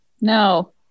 No